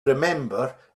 remember